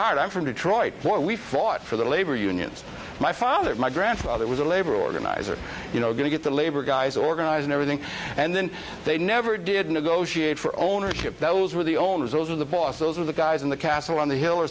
hard i'm from detroit where we fought for the labor unions my father my grandfather was a labor organizer you know going to get the labor guys organizing everything and then they never did negotiate for ownership those were the owners those are the boss those are the guys in the castle on the hill or